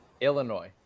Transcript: Illinois